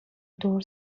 دور